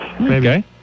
Okay